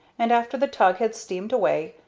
and, after the tug had steamed away,